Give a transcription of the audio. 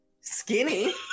skinny